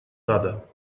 надо